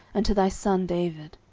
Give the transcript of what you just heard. and to thy son david.